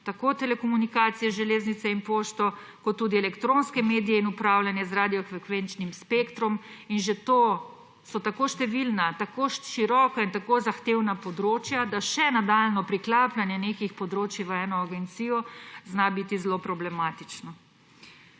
tako telekomunikacije, železnice in pošto kot tudi elektronske medije in upravljanje z radiofrekvenčnim spektrom. Že to so tako številna, tako široka in tako zahtevna področja, da še nadaljnjo priklapljanje nekih področij v eno agencijo, zna biti zelo problematično.